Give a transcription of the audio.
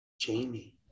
Jamie